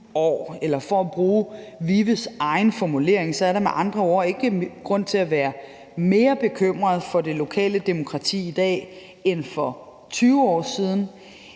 For at bruge VIVE's egen formulering er der med andre ord ikke grund til at være mere bekymret for det lokale demokrati i dag, end der var for 20 år siden.